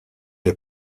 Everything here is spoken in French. est